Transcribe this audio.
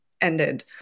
ended